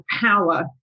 power